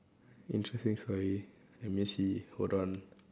interesting story let me see hold on